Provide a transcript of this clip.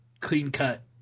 clean-cut